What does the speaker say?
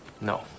No